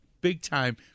big-time